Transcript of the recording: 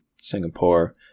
Singapore